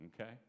Okay